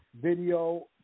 video